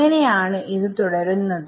അങ്ങനെ ആണ് ഇത് തുടരുന്നത്